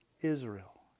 Israel